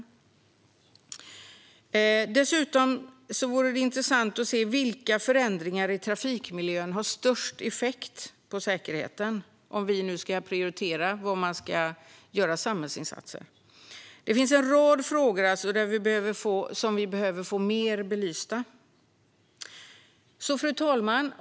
Om man måste prioritera var samhällsinsatserna ska sättas in vore det även intressant att se vilka förändringar i trafikmiljön som har störst effekt på säkerheten. Det finns alltså en rad frågor som vi behöver få mer belysta. Fru talman!